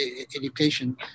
education